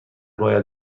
باید